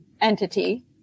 entity